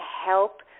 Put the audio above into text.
help